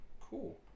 cool